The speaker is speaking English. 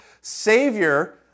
Savior